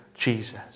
Jesus